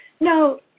No